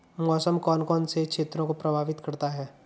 मौसम कौन कौन से क्षेत्रों को प्रभावित करता है?